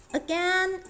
again